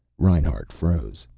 reinhart froze.